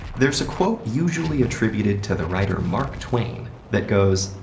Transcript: there's a quote usually attributed to the writer mark twain that goes,